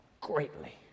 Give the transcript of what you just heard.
greatly